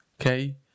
okay